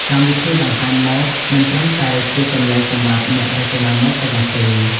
កម្មវិធីបង្ហាញម៉ូដមិនត្រឹមតែជាកន្លែងសម្រាប់អ្នករចនាម៉ូដប៉ុណ្ណោះទេ។